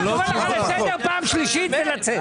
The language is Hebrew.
אני קורא לך לסדר פעם שלישית ולצאת.